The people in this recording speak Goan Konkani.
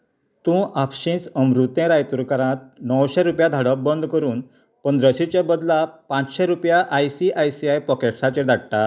तूं आपशींच अमृतें रायतुरकाराक णवशे रुपया धाडप बंद करून पंद्राशेचे बदला पांचशे रुपया I C I C I पॉकेट्साचेर धाडटा